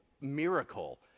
miracle